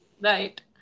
right